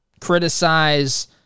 criticize